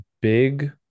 big